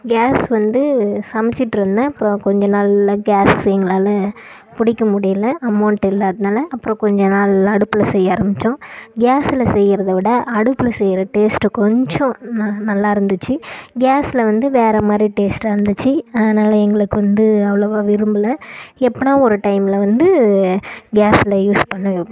case வந்து சமைச்சிட்டுருந்தேன் அப்புறோம் கொஞ்ச நாளில் கேசு எங்களால் பிடிக்க முடியிலை அமௌண்டு இல்லாததுனால அப்புறோம் கொஞ்ச நாள் அடுப்பில் செய்ய ஆரம்மிச்சோம் கேசில் செய்யிறதை விட அடுப்பில் செய்யற டேஸ்டு கொஞ்சம் நல் நல்லா இருந்துச்சு கேஸ்சில் வந்து வேறு மாதிரி டேஸ்டாக இருந்துச்சு அதனால எங்களுக்கு வந்து அவ்வளோவா விரும்பல எப்போனா ஒரு டைமில் வந்து கேஸ்சில யூஸ் பண்ணனும்